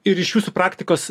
ir iš jūsų praktikos